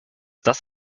das